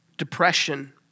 depression